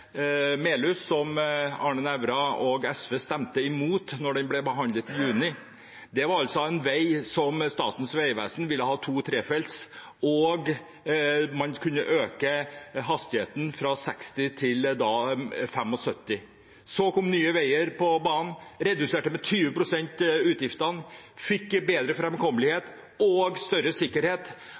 Ulsberg–Melhus, som Arne Nævra og SV stemte imot da det ble behandlet i juni. Det er en vei som Statens vegvesen ville ha som to- eller trefelts vei, og man kunne da øke hastigheten fra 60 km/t til 75 km/t. Så kom Nye veier på banen. De reduserte utgiftene med 20 pst., fikk bedre framkommelighet og bedre sikkerhet.